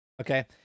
Okay